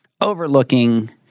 overlooking